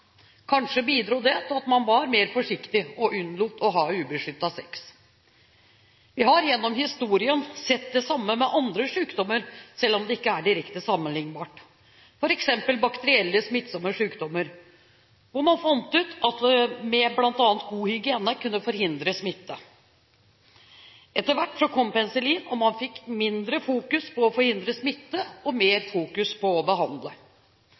Kanskje bidro det til at man var mer forsiktig og unnlot å ha ubeskyttet sex? Vi har gjennom historien sett det samme med andre sykdommer, selv om det ikke er direkte sammenlignbart, f.eks. bakterielle, smittsomme sykdommer, hvor man fant ut at bl.a. god hygiene kunne forhindre smitte. Etter hvert kom penicillin, og man fikk mindre fokus på å forhindre smitte og mer fokus på å behandle.